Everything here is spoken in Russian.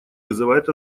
вызывает